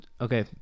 Okay